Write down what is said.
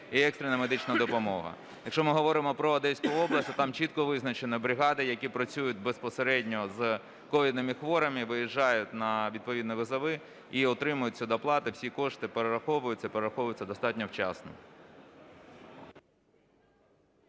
і екстрена медична допомога. Якщо ми говоримо про Одеську область, то там чітко визначено бригади, які працюють безпосередньо з ковідними хворими, виїжджають на відповідні виклики і отримують цю доплату, всі кошти перераховуються і перераховуються достатньо вчасно.